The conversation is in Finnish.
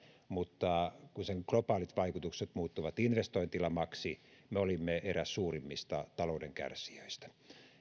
mutta kun sen globaalit vaikutukset muuttuivat investointilamaksi me olimme eräs suurimmista talouden kärsijöistä